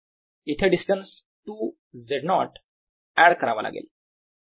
इथे distance 2 Z0 add करावा लागेल